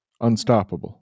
unstoppable